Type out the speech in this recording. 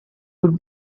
would